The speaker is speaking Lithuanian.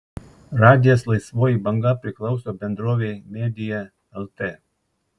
radijas laisvoji banga priklauso bendrovei media lt